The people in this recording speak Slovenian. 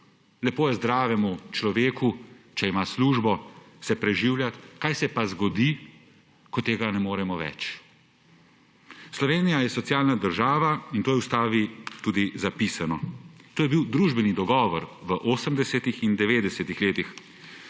Lepo je zdravemu človeku, če ima službo, se preživlja – kaj se pa zgodi, ko tega ne moremo več? Slovenija je socialna država in to je v ustavi tudi zapisano, to je bil družbeni dogovor v 80. in 90. letih.